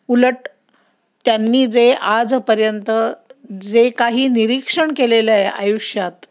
उलट त्यांनी जे आजपर्यंत जे काही निरीक्षण केलेलं आहे आयुष्यात